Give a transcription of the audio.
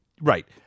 Right